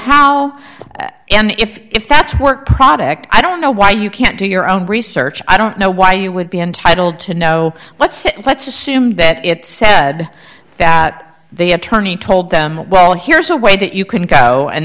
how if that work product i don't know why you can't do your own research i don't know why you would be entitled to know let's let's assume bed said that the attorney told them well here's a way that you can go and